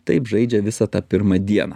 taip žaidžia visą tą pirmą dieną